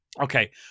Okay